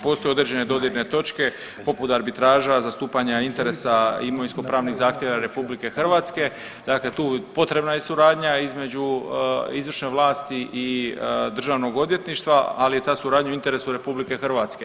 Postoje određene dodirne točke poput arbitraža, zastupanja interesa imovinskopravnih zahtjeva RH, dakle tu potrebna je suradnja između izvršne vlasti i državnog odvjetništva, ali je ta suradnja u interesu RH.